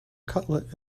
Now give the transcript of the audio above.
cutlet